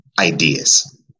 ideas